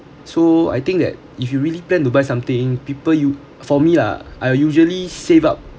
so I think that if you really plan to buy something people you for me lah I will usually save up